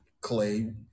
clay